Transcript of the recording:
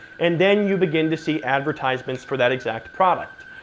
and then you begin to see advertisements for that exact product.